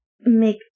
make